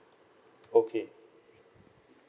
okay